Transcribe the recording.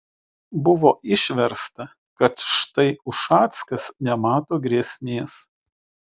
buvo išversta kad štai ušackas nemato grėsmės